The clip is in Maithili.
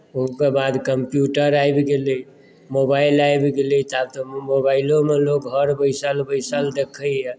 ओकर बाद कम्प्यूटर आबि गेलै मोबाइल आबि गेलै तऽ आब तऽ मोबाइलोमे लोक घर बैसल बैसल देखैए